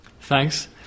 Thanks